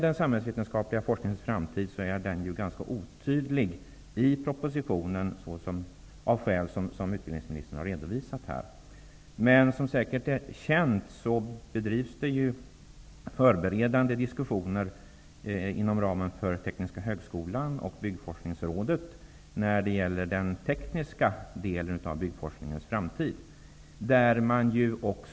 Den samhällsvetenskapliga forskningens framtid är ganska otydligt definierad i propositionen av skäl som utbildningsministern här har redovisat. Som säkert är känt förs förberedande diskussioner inom ramen för Tekniska högskolan och Byggforskningsrådet om den tekniska delen av byggforskningens framtid.